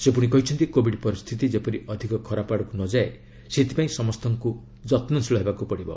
ସେ ପୁଣି କହିଛନ୍ତି କୋବିଡ ପରିସ୍ଥିତି ଯେପରି ଅଧିକ ଖରାପ ଆଡ଼କୁ ନଯାଏ ସେଥିପାଇଁ ସମସ୍ତଙ୍କୁ ଯତ୍ନଶୀଳ ହେବାକୁ ପଡ଼ିବ